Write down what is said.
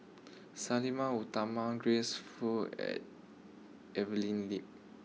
Sang Nila Utama Grace Fu and Evelyn Lip